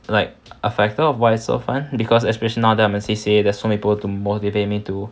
like a factor of why it's so fun because especially now that I'm in the C_C_A there's so many people to motivate me to